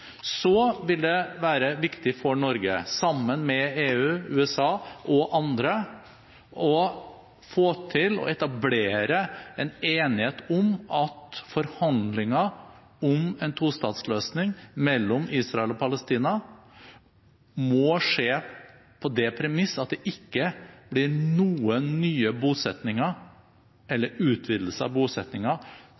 Så vil det være viktig for Norge – sammen med EU, USA og andre – å få til å etablere en enighet om at forhandlinger om en tostatsløsning mellom Israel og Palestina må skje på det premiss at det ikke blir noen nye bosettinger, eller utvidelse av